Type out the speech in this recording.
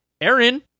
aaron